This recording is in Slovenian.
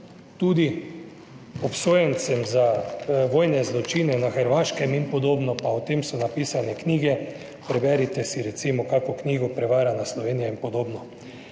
tudi obsojencem za vojne zločine na Hrvaškem, in podobno, pa o tem so napisane knjige, preberite si recimo kakšno knjigo, Prevarana Slovenija in podobno.